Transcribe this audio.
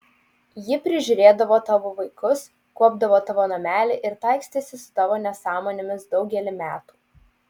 ji prižiūrėdavo tavo vaikus kuopdavo tavo namelį ir taikstėsi su tavo nesąmonėmis daugelį metų